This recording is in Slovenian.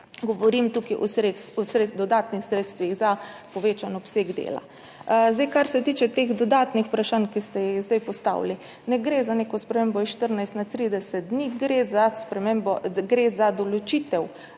Govorim tukaj o dodatnih sredstvih za povečan obseg dela. Kar se tiče dodatnih vprašanj, ki ste jih zdaj postavili. Ne gre za neko spremembo s 14 na 30 dni, gre za določitev